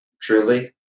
truly